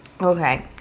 Okay